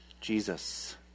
Jesus